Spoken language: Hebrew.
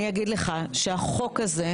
אני אגיד לך שהחוק הזה,